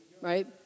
right